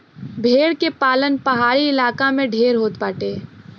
भेड़ के पालन पहाड़ी इलाका में ढेर होत बाटे